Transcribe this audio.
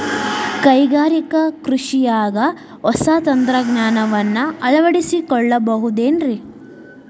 ಕೈಗಾರಿಕಾ ಕೃಷಿಯಾಗ ಹೊಸ ತಂತ್ರಜ್ಞಾನವನ್ನ ಅಳವಡಿಸಿಕೊಳ್ಳಬಹುದೇನ್ರೇ?